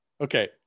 okay